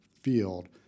field